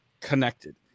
connected